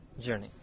journey